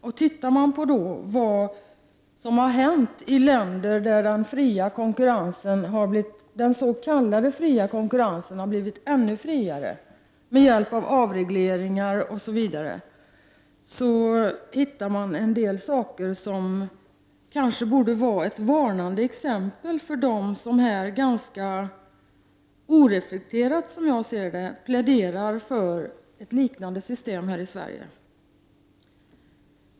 Om man studerar vad som har hänt i länder där den s.k. fria konkurrensen har blivit ännu mer fri med hjälp av avregleringar osv.:, framkommer en del saker som kanske borde utgöra varnande exempel för dem som här, enligt min mening ganska oreflekterat, pläderar för ett liknande system här i Sverige.